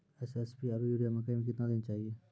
SSP आरु urea मकई मे कितना देना चाहिए?